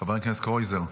חבר הכנסת קרויזר,